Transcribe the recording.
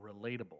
relatable